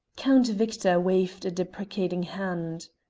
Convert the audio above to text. count victor waved a deprecating hand.